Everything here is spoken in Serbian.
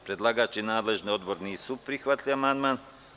Predlagač i nadležni odbor nisu prihvatili ovaj amandman.